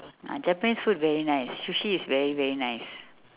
ah Japan food very nice sushi is very very nice